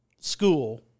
school